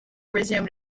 resumed